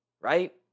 Right